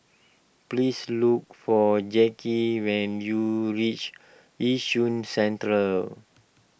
please look for Jacky when you reach Yishun Central